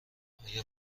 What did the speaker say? آیا